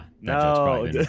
no